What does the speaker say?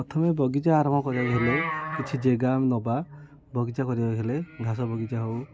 ପ୍ରଥମେ ବଗିଚା ଆରମ୍ଭ କରିବାକୁ ହେଲେ କିଛି ଜାଗା ଆମେ ନେବା ବଗିଚା କରିବାକୁ ହେଲେ ଘାସ ବଗିଚା ହେଉ